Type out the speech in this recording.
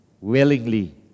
willingly